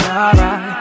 alright